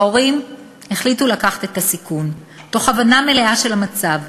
ההורים החליטו לקחת את הסיכון תוך הבנה מלאה של המצב,